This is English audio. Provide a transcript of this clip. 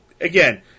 again